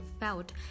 felt